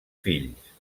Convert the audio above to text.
fills